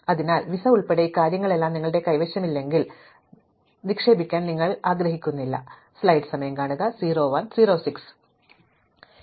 അതിനാൽ വിസ ഉൾപ്പെടെ ഈ കാര്യങ്ങളെല്ലാം നിങ്ങളുടെ കൈവശമില്ലെങ്കിൽ സമ്മാനത്തിൽ നിക്ഷേപിക്കാൻ നിങ്ങൾ ആഗ്രഹിക്കുന്നില്ല